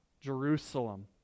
Jerusalem